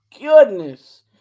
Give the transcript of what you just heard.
goodness